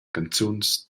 canzuns